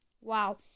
Wow